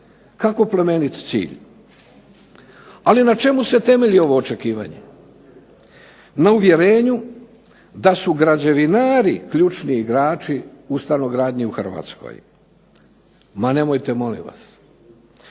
Kako plemenit cilj! Ali na čemu se temelji ovo očekivanje? Na uvjerenju da su građevinari ključni igrači u stanogradnji u Hrvatskoj. Ma nemojte molim vas!